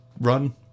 run